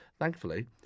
Thankfully